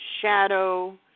shadow